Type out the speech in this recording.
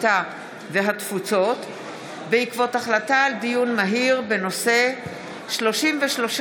הקליטה והתפוצות בעקבות דיון מהיר בהצעתם של חברי הכנסת אלכס קושניר